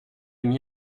mis